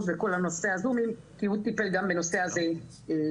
ונושא ה-זומים כי הוא טיפל גם בנושא הזה בבג"ץ.